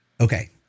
Okay